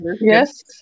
yes